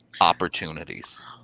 opportunities